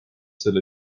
selle